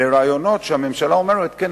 לרעיונות שהממשלה אומרת: כן,